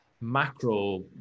macro